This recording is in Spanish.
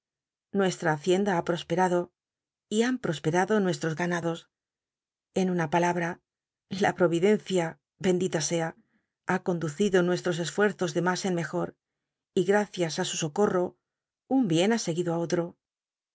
a hacienda ha prosperado y han pospcrado nu estros ganados en una palabm la providencia bend ita sea ha conducido nuestros esfuerzos de mas en mcjot y gracias á su soco i'i'o un bien ha seguido á otro